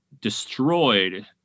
destroyed